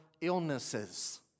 illnesses